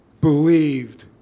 believed